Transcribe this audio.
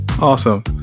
awesome